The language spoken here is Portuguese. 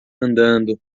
andando